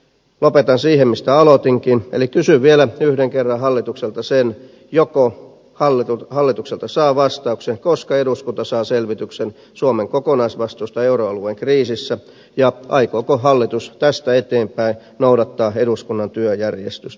lopetan siihen mistä aloitinkin eli kysyn vielä yhden kerran hallitukselta sitä joko hallitukselta saa vastauksen siihen koska eduskunta saa selvityksen suomen kokonaisvastuista euroalueen kriisissä ja aikooko hallitus tästä eteenpäin noudattaa eduskunnan työjärjestystä